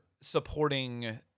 supporting